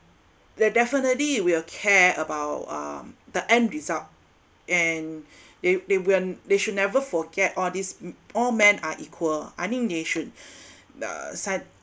they definitely will care about uh the end result and they they when they should never forget all these all men are equal I think they should the sci~